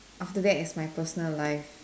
after that it's my personal life